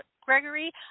Gregory